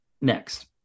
next